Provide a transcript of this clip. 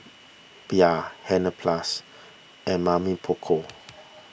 Bia Hansaplast and Mamy Poko